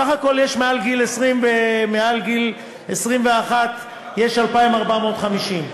סך הכול מעל גיל 21 יש 2,450.